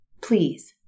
Please